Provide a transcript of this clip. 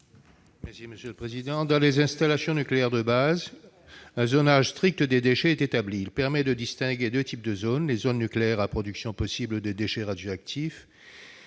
Jean-Louis Lagourgue. Dans les installations nucléaires de base, les INB, un zonage strict des déchets est établi. Il permet de distinguer deux types de zones : les zones « nucléaires » à production possible de déchets radioactifs